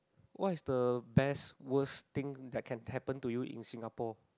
what is the best worst thing that can happen to you in Singapore